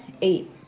eight